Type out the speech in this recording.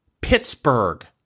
Pittsburgh